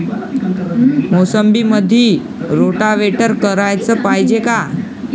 मोसंबीमंदी रोटावेटर कराच पायजे का?